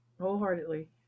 wholeheartedly